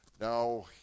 Now